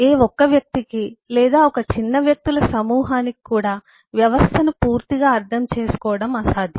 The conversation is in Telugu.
ఏ ఒక్క వ్యక్తికి లేదా ఒక చిన్న వ్యక్తుల సమూహానికి కూడా వ్యవస్థను పూర్తిగా అర్థం చేసుకోవడం అసాధ్యం